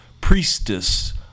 Priestess